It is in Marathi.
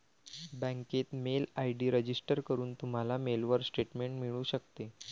बँकेत मेल आय.डी रजिस्टर करून, तुम्हाला मेलवर स्टेटमेंट मिळू शकते